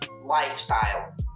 lifestyle